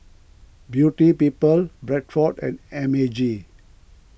Beauty People Bradford and M A G